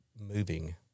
moving